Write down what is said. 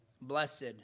blessed